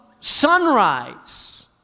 sunrise